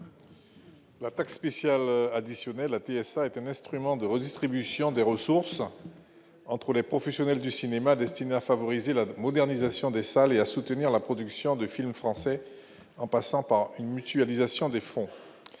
La taxe spéciale additionnelle, la TSA, est un instrument de redistribution des ressources entre les professionnels du cinéma, destiné à favoriser la modernisation des salles et à soutenir la production de films français en passant par une mutualisation des fonds.